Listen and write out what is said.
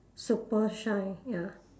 super shine ya